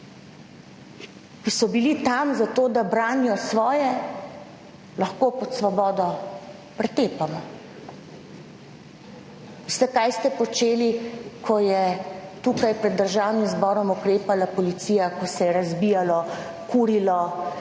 ki so bili tam zato, da branijo svoje, lahko pod Svobodo pretepamo. Veste kaj ste počeli, ko je tukaj pred Državnim zborom ukrepala policija, ko se je razbijalo, kurilo